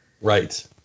Right